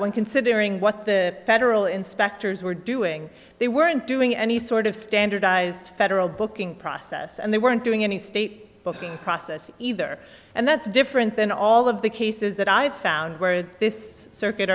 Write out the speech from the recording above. when considering what the federal inspectors were doing they weren't doing any sort of standardized federal booking process and they weren't doing any state booking process either and that's different than all of the cases that i've found where this circuit